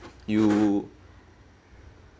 you